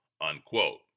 Unquote